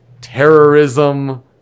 terrorism